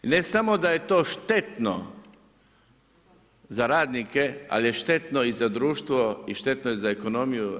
I ne samo da je to štetno za radnike, ali je štetno i za društvo i štetno je za ekonomiju.